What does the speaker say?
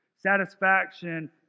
Satisfaction